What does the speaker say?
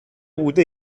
بوده